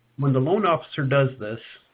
when the loan officer does this,